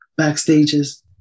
backstages